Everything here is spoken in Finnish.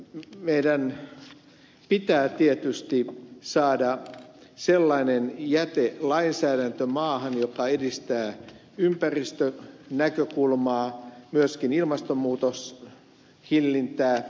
meidän pitää tietysti saada sellainen jätelainsäädäntö maahan joka edistää ympäristönäkökulmaa myöskin ilmastonmuutoshillintää